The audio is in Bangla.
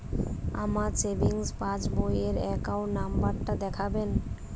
আমার সেভিংস পাসবই র অ্যাকাউন্ট নাম্বার টা দেখাবেন?